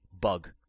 bug